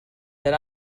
that